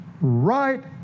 right